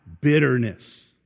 bitterness